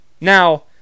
Now